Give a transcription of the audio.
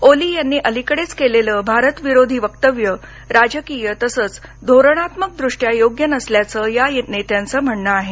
ओली यांनी अलिकडेच केलेलं भारतविरोधी वक्तव्य राजकीय तसंच धोरणात्मकदृष्ट्या योग्य नसल्याचं या नेत्यांचं म्हणणं आहे